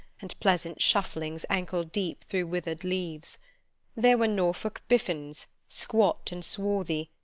and pleasant shufflings ankle deep through withered leaves there were norfolk biffins, squat and swarthy,